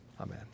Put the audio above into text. Amen